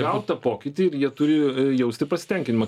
gaut tą pokytį ir jie turi jausti pasitenkinimą